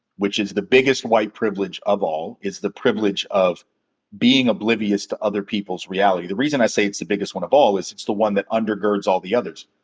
which is the biggest white privilege of all, is the privilege of being oblivious to other people's reality. the reason i say it's the biggest one of all is it's the one that undergirds all the others.